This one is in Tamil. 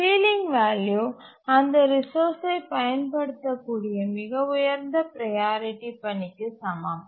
சீலிங் வேல்யூ அந்த ரிசோர்ஸ்சை பயன்படுத்த கூடிய மிக உயர்ந்த ப்ரையாரிட்டி பணிக்கு சமம்